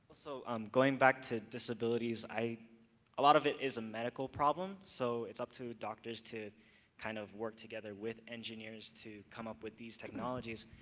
so um going back to disabilities, i a lot of it is a medical problem, so it's up to doctors to kind of work together with engineers to come up with the technologies.